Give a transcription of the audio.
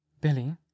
Billy